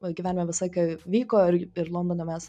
mano gyvenime visą laiką vyko ir ir londone mes